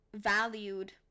valued